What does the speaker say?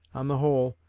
on the whole,